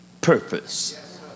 purpose